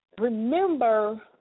remember